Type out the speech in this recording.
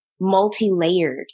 multi-layered